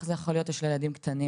איך זה יכול להיות יש לה ילדים קטנים,